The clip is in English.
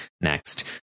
next